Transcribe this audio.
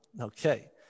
Okay